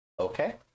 Okay